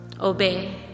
obey